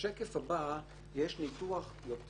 בשקף הבא יש תצוגה יותר